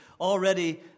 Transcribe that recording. Already